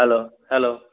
hello hello